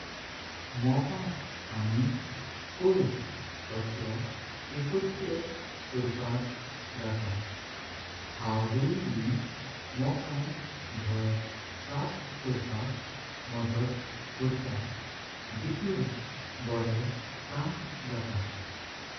मोपण आमी कोयर कचरो एकत्र कोरपाक जाता। हांव हुयि बिन मोपन घर साफ कोरपाक मदद करता। जितून बोरें काम जाता।